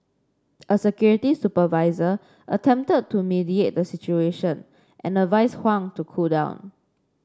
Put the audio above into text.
a security supervisor attempted to mediate the situation and advised Huang to cool down